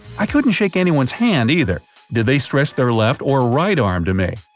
i couldn't shake anyone's hand either did they stretch their left or right arm to me?